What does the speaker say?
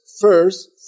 first